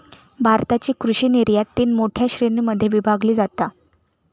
भारताची कृषि निर्यात तीन मोठ्या श्रेणीं मध्ये विभागली जाता